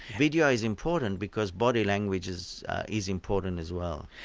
video is important because body language is is important as well.